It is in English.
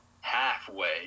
halfway